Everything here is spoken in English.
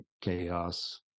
chaos